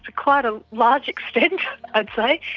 ah quite a large extent, i'd say,